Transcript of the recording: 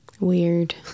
Weird